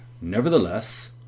Nevertheless